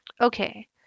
Okay